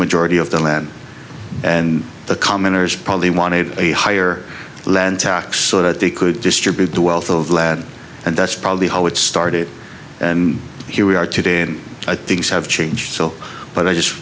majority of the land and the commoners probably wanted a higher land tax so that they could distribute the wealth of lad and that's probably how it started and here we are today and i things have changed so but i just